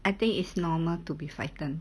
I think it's normal to be frightened